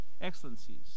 Excellencies